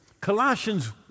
Colossians